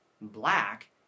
black